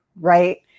right